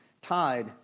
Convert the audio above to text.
tied